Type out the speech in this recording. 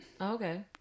okay